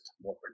more